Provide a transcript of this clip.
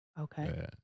Okay